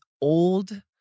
old